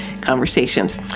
conversations